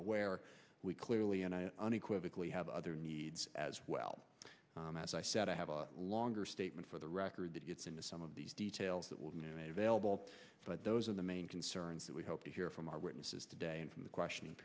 aware we clearly and unequivocally have other needs as well as i said i have a longer statement for the record that gets into some of these details that will mean a vailable but those are the main concerns that we hope to hear from our witnesses today and from the questioning